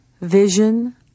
Vision